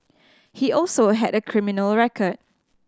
he also had a criminal record